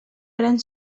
gran